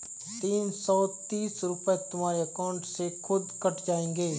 तीन सौ तीस रूपए तुम्हारे अकाउंट से खुद कट जाएंगे